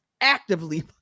actively